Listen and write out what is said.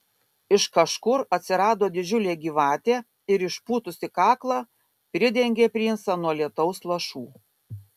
iš kažkur atsirado didžiulė gyvatė ir išpūtusi kaklą pridengė princą nuo lietaus lašų